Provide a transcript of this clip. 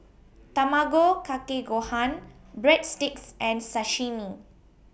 Tamago Kake Gohan Breadsticks and Sashimi